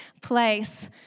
place